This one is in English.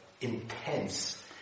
intense